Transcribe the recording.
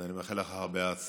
אז אני מאחל לך הרבה הצלחה.